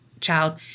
child